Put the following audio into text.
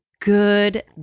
good